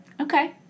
Okay